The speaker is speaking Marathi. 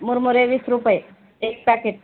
मुरमुरे वीस रुपये एक पॅकेट